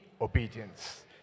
obedience